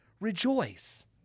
Rejoice